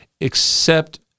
Except